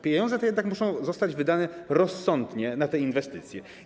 Pieniądze te jednak muszą zostać wydane rozsądnie na te inwestycje.